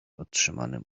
otrzymanym